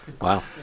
Wow